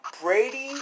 Brady